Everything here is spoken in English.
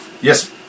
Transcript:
Yes